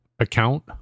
account